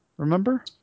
Remember